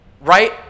Right